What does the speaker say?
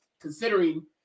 considering